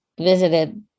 visited